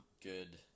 good